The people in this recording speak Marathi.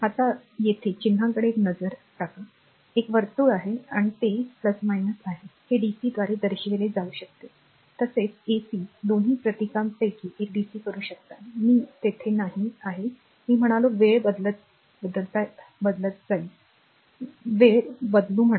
आता येथे चिन्हाकडे एक नजर आहे एक वर्तुळ आहे आणि ते आहे हे डीसी द्वारे दर्शविले जाऊ शकते तसेच एसी दोन्ही प्रतीकांपैकी एक डीसी करू शकतात मी तेथे नाही आहे मी म्हणालो वेळ बदलत जाईल वेळ बदलू म्हणा